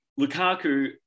Lukaku